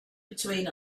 between